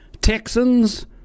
Texans